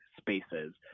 spaces